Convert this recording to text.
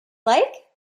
like